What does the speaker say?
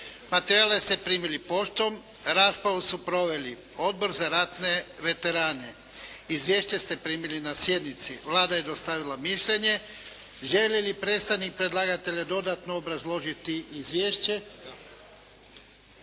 Materijale ste primili poštom. Raspravu su proveli Odbor za ratne veterane. Izvješća ste primili na sjednici. Vlada je dostavila mišljenje. Želi li predstavnik predlagatelja dodatno obrazložiti Izvješće?